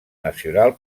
nacional